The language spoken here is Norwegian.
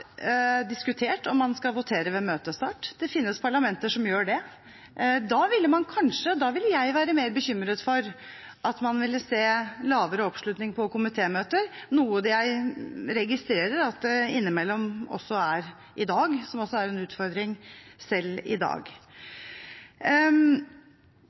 diskutert om man skal votere ved møtestart. Det finnes parlamenter som gjør det. Da ville jeg være mer bekymret for at man ville se lavere oppslutning på komitémøter, noe vi registrerer at det innimellom også er i dag, som er en utfordring selv i dag.